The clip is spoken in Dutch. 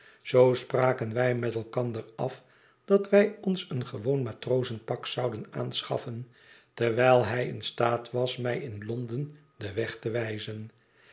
zoo spraken wij met elkander af dat wij ons een gewoon matrozenpak zouden aanschafifen terwijl hij in staat was mi m londen den weg te wijzen